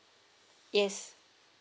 yes